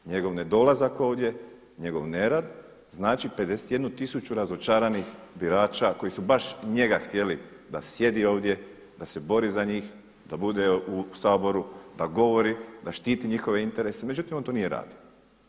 Njegov nedolazak ovdje, njegov nerad znači 51000 razočaranih birača koji su baš njega htjeli da sjedi ovdje, da se bori za njih, da bude u Saboru, da govori, da štiti njihove interese, međutim on to nije radio.